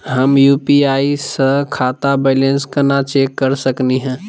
हम यू.पी.आई स खाता बैलेंस कना चेक कर सकनी हे?